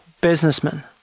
businessman